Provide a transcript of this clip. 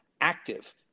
active